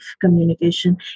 communication